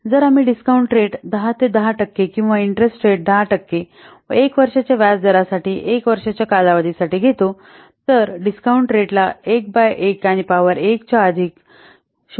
जर आम्ही discount rate १० ते १० टक्के किंवा इन्टरेस्ट रेट १० टक्के व १ वर्षाच्या व्याज दरासाठी एक वर्षाच्या कालावधीसाठी घेतो तर डिस्कॉऊंन्ट रेट ला 1 बाय 1 आणि पॉवर 1 च्या अधिक 0